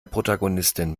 protagonistin